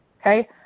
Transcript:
Okay